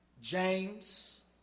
James